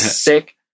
sick